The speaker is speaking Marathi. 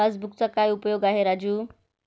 पासबुकचा काय उपयोग आहे राजू?